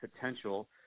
potential